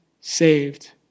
saved